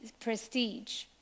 prestige